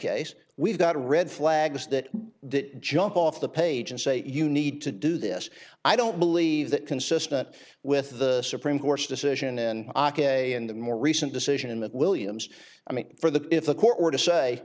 case we've got red flags that jump off the page and say you need to do this i don't believe that consistent with the supreme court's decision in aka a in the more recent decision in that williams i mean for the if a court order say